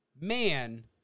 man